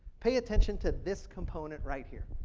pay attention to this component right here.